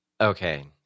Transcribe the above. okay